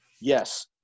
yes